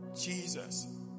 Jesus